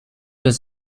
was